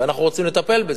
אנחנו רוצים לטפל בזה.